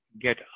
get